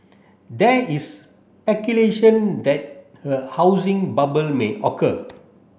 there is speculation that a housing bubble may occur